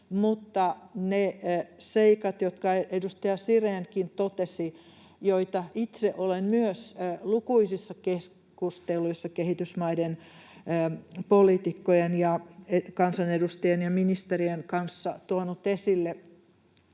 mutta ne seikat, jotka edustaja Sirénkin totesi, joita itse olen myös lukuisissa keskusteluissa kehitysmaiden poliitikkojen ja kansanedustajien ja ministerien kanssa tuonut esille